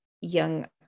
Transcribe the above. young